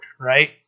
right